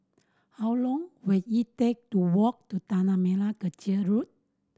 how long will it take to walk to Tanah Merah Kechil Road